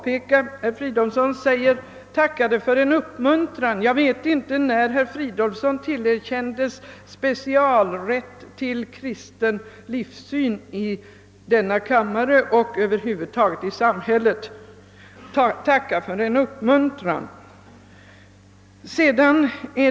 Herr Fridolfsson i Stockholm tackade för »en uppmuntran». Jag vet inte, när herr Fridolfsson tillerkändes ensamrätt till kristen livssyn i denna kammare eller över huvud taget i samhället, så att han kan tacka för en uppmuntran.